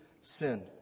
Sin